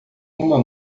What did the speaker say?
uma